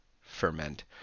ferment